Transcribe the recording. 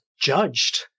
judged